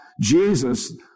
Jesus